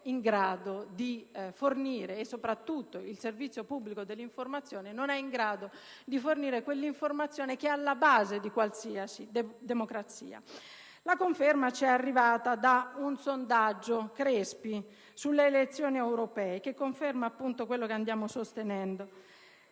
La conferma ci è arrivata dal sondaggio Crespi sulle elezioni europee che ribadisce ciò che andiamo sostenendo: